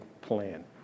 plan